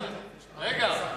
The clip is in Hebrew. רגע.